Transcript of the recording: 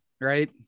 right